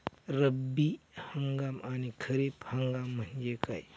रब्बी हंगाम आणि खरीप हंगाम म्हणजे काय?